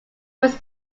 was